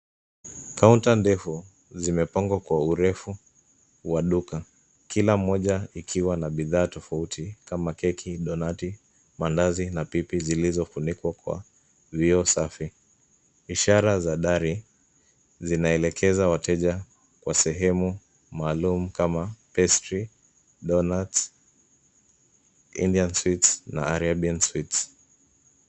Kaunta ndefu zimepangwa kwa urefu wa duka kila moja ikiwa na bidhaa tofauti kama keki, donati, mandazi na pipi zilizofunikwa kwa vioo safi. Ishara za dari zinaelekeza wateja kwa sehemu maalum kama pastry , doughnuts , Indian sweets na Arabian sweets .